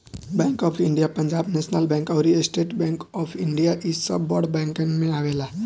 bank of India, Punjab national bank अउरी state bank of India इ सब बड़ बैंकन में आवेला